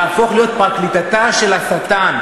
להפוך להיות פרקליטתה של השטן.